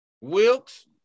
Wilkes